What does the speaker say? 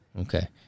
okay